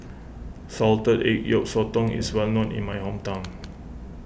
Salted Egg Yolk Sotong is well known in my hometown